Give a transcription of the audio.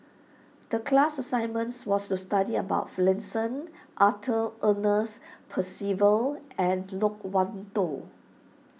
the class assignments was to study about Finlayson Arthur Ernest Percival and Loke Wan Tho